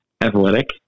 athletic